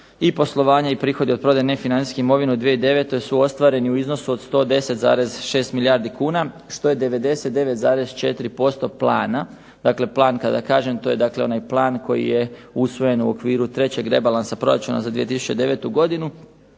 i poslovanje i prihodi od prodaje nefinancijske imovine u 2009. su ostvareni u iznosu od 110,6 milijardi kuna, što je 99,4% plana, dakle plan kada kažem to je dakle onaj plan koji je usvojen u okviru trećeg rebalansa proračuna za 2009. godinu,